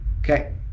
Okay